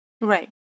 Right